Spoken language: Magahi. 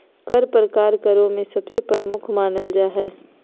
कर प्रकार करों में सबसे प्रमुख मानल जा हय